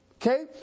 Okay